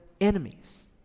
enemies